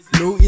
no